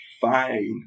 fine